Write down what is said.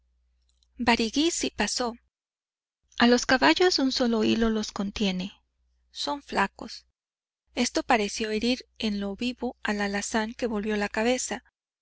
sí pasó a los caballos un solo hilo los contiene son flacos esto pareció herir en lo vivo al alazán que volvió la cabeza